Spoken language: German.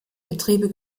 betriebe